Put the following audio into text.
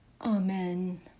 Amen